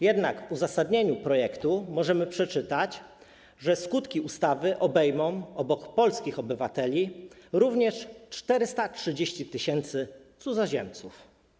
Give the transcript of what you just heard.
Jednak w uzasadnieniu projektu możemy przeczytać, że skutki ustawy obejmą obok polskich obywateli również 430 tys. cudzoziemców.